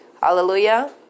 Hallelujah